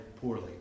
poorly